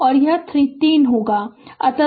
अतः 6 और 3 समानांतर में हैं